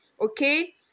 okay